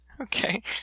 Okay